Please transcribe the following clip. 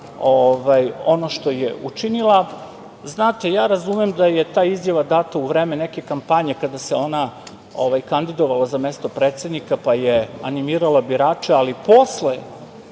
ono što je učinila. Znate, ja razumem da je ta izjava data u vreme neke kampanje kada se ona kandidovala za mesto predsednika, pa je animirala birače, ali posle